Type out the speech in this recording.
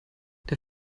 der